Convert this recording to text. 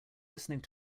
listening